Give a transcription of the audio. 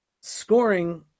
scoring